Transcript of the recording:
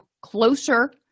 closer